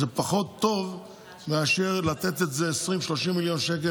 וזה פחות טוב מאשר לתת 20 30 מיליון שקל